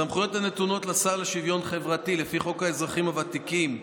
הסמכויות הנתונות לשר לשוויון חברתי לפי חוק האזרחים הוותיקים,